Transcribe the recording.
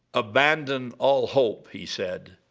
abandon all hope, he said,